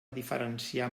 diferenciar